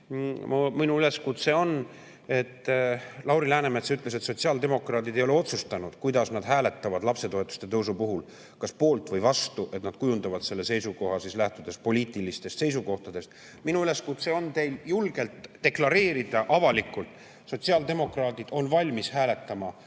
minu üleskutse. Lauri Läänemets ütles, et sotsiaaldemokraadid ei ole otsustanud, kuidas nad hääletavad lapsetoetuste tõusu puhul, kas poolt või vastu, ja nad kujundavad selle seisukoha lähtudes poliitilistest seisukohtadest. Minu üleskutse teile on julgelt deklareerida, avalikult: sotsiaaldemokraadid on valmis hääletama